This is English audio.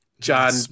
John